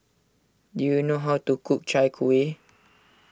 do you know how to cook Chai Kueh